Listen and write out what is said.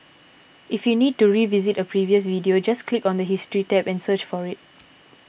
if you need to revisit a previous video just click on the history tab and search for it